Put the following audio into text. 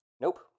Nope